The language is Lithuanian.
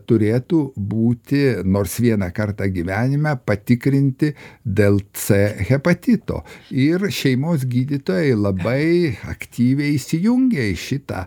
turėtų būti nors vieną kartą gyvenime patikrinti dėl c hepatito ir šeimos gydytojai labai aktyviai įsijungė į šitą